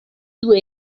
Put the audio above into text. due